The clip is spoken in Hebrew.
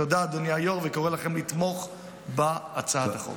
תודה, אדוני היו"ר, וקורא לכם לתמוך בהצעת החוק.